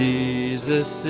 Jesus